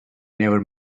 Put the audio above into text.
never